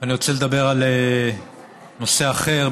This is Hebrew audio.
אני רוצה לדבר על נושא אחר,